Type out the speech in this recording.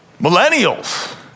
Millennials